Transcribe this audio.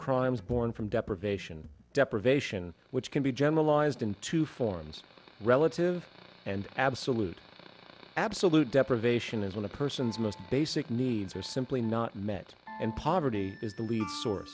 crimes born from deprivation deprivation which can be generalized into forms relative and absolute absolute deprivation is when a person's most basic needs are simply not met and poverty is the least so